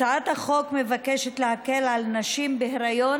הצעת החוק מבקשת להקל על נשים בהיריון,